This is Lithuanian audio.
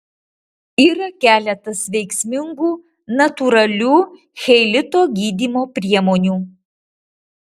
yra keletas veiksmingų natūralių cheilito gydymo priemonių